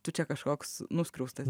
tu čia kažkoks nuskriaustas